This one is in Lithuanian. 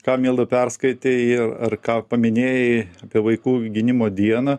ką milda perskaitei ir ar ką paminėjai apie vaikų gynimo dieną